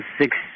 six